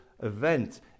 event